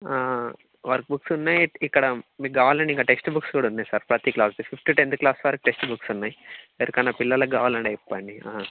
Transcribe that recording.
work books ఉన్నాయి ఇక్కడ మీకు కావాలంటే ఇంక టెక్స్ట్ బుక్స్ కూడా ఉన్నాయి సార్ ప్రతి క్లాస్ది ఫిఫ్త్ టెన్త్ క్లాస్ వరకు టెక్స్ట్ బుక్స్ ఉన్నాయి ఎవరికన్నా పిల్లలకి కావాలంటే చెప్పండి